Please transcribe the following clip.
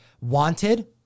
wanted